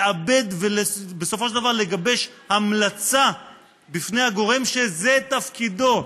לעבד ובסופו של דבר לגבש המלצה בפני הגורם שזה תפקידו.